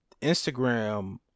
Instagram